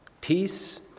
Peace